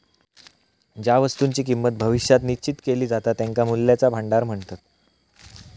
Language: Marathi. ज्या वस्तुंची किंमत भविष्यात निश्चित केली जाता त्यांका मूल्याचा भांडार म्हणतत